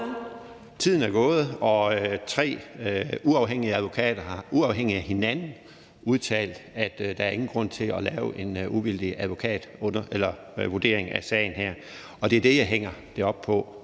Tiden er gået, og tre uafhængige advokater har uafhængigt af hinanden udtalt, at der ingen grund er til at lave en uvildig advokatvurdering af sagen her, og det er det, jeg hænger det op på.